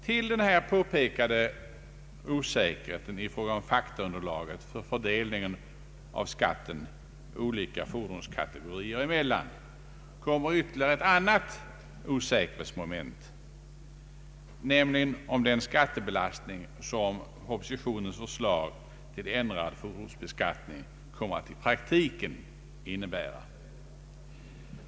Till den påpekade osäkerheten i fråga om faktaunderlaget för fördelningen av skatten olika fordonskategorier emellan kommer ytterligare ett osäkerhetsmoment, nämligen vad den skattebelastning som propositionens förslag till ändrad fordonsbeskattning kommer att i praktiken innebära.